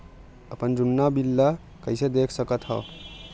अपन जुन्ना बिल ला कइसे देख सकत हाव?